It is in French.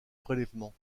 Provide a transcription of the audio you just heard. prélèvements